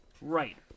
Right